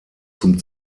zum